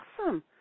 awesome